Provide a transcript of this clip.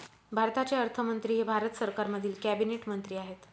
भारताचे अर्थमंत्री हे भारत सरकारमधील कॅबिनेट मंत्री आहेत